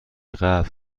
قبل